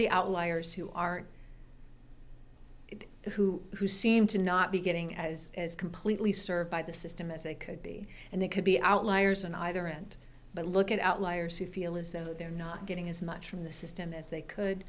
the outliers who are who who seem to not be getting as as completely served by the system as they could be and they could be outliers in either end but look at outliers who feel as though they're not getting as much from the system as they could